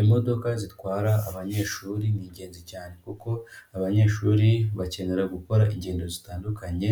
Imodoka zitwara abanyeshuri, ni ingenzi cyane kuko abanyeshuri bakenera gukora ingendo zitandukanye,